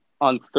on